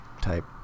type